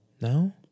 No